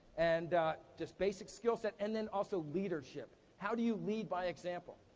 and just basic skill set, and then also, leadership. how do you lead by example?